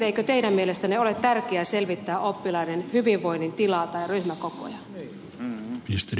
eikö teidän mielestänne ole tärkeää selvittää oppilaiden hyvinvoinnin tilaa tai ryhmäkokoja